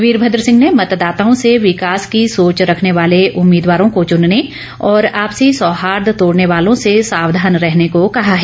वीरभद्र सिंह ने मतदाताओं से विकास की सोच रखने वाले उम्मीदवारों का चूनने और आपसी सोहार्द तोड़ने वालों से सावधान रहने को कहा है